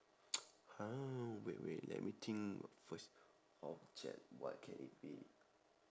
!huh! wait wait let me think what first object what can it be